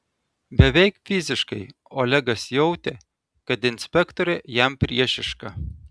beveik fiziškai olegas jautė kad inspektorė jam priešiška